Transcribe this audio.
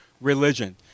religion